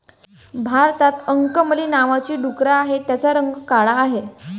भारतात अंकमली नावाची डुकरं आहेत, त्यांचा रंग काळा आहे